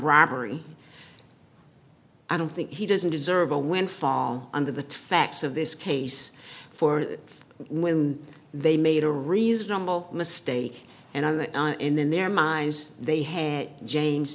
robbery i don't think he doesn't deserve a windfall under the facts of this case for when they made a reasonable mistake and in their minds they had james